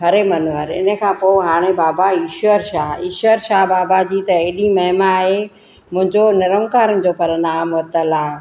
हरे मनवारे इन खां पोइ हाणे बाबा ईश्वर शाह ईश्वर शाह बाबा जी त अहिड़ी महिमा आहे मुंहिंजो निरंकारनि जो पर नाम वरितलु आहे